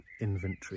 inventory